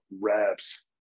reps